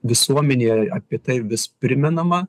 visuomenėje apie tai vis primenama